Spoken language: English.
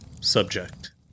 Subject